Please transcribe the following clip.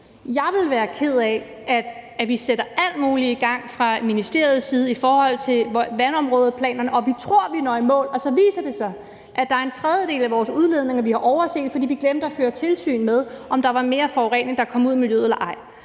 Jeg vil være ked af, at vi sætter alt muligt i gang fra ministeriets side i forhold til vandområdeplanerne, og at vi tror, vi når i mål, og at det så viser sig, at der er en tredjedel af vores udledninger, vi har overset, fordi vi glemte at føre tilsyn med, om der kom mere forurening ud i miljøet eller ej.